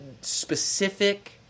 specific